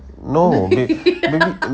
no babe maybe